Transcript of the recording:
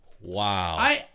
Wow